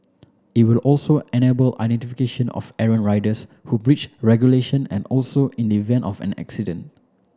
it will also enable identification of errant riders who breach regulation and also in the event of an accident